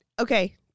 Okay